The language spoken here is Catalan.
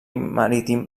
marítim